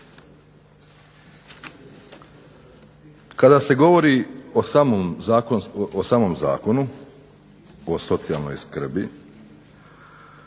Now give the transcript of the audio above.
Kada se govori o samom Zakonu o socijalnoj skrbi